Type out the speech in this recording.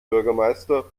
bürgermeister